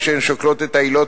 כשהן שוקלות את העילות,